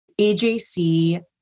AJC